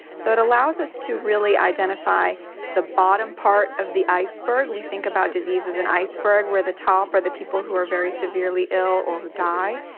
so it allows us to really identify the bottom part of the iceberg. we think about diseases, an iceberg where the top are the people who are very severely ill or who die.